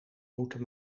moeten